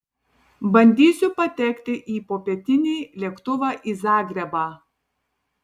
bandysiu patekti į popietinį lėktuvą į zagrebą